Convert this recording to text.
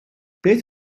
beth